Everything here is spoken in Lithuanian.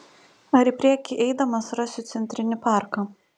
ar į priekį eidamas rasiu centrinį parką